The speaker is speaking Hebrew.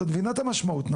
את מבינה את המשמעות.